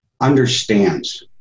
understands